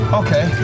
okay